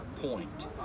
point